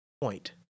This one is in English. point